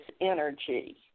energy